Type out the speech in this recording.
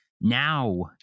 now